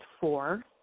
four